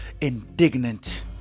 indignant